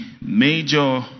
major